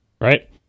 Right